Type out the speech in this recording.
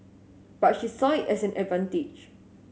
but she saw it as an advantage